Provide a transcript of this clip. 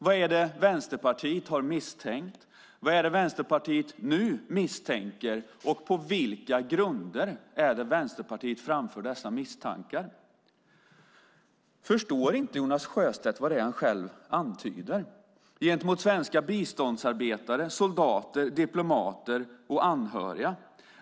Vad är det Vänsterpartiet har misstänkt? Vad är det Vänsterpartiet nu misstänker, och på vilka grunder framför Vänsterpartiet dessa misstankar? Förstår inte Jonas Sjöstedt vad det är han själv antyder gentemot svenska biståndsarbetare, soldater, diplomater och anhöriga?